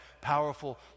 powerful